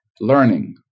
learning